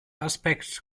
aspekt